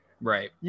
Right